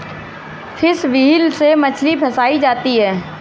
fish wheel से मछली फँसायी जाती है